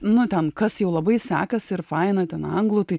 nu ten kas jau labai sekasi ir faina ten anglų tai